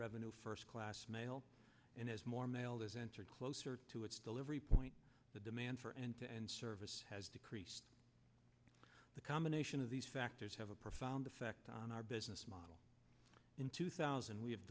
revenue first class mail and as more mail has entered closer to its delivery point the demand for end to end service has decreased the combination of these factors have a profound effect on our business model in two thousand we have